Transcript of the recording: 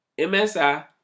MSI